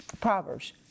Proverbs